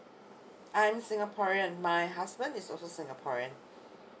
I am singaporean my husband is also singaporean